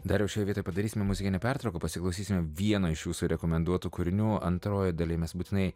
dar jau šioj vietoj padarysime muzikinę pertrauką pasiklausysime vieno iš jūsų rekomenduotų kūrinių antrojoj daly mes būtinai